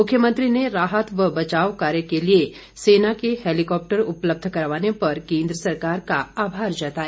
मुख्यमंत्री ने राहत व बचाव कार्य के लिए सेना के हैलीकॉप्टर उपलब्ध करवाने पर केन्द्र सरकार का आभार जताया